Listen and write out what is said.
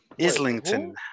Islington